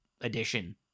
edition